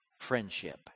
friendship